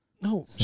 No